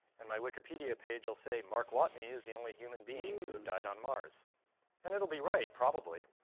and my wikipedia page will say, mark watney is the only human being to have died on mars and it'll be right, probably,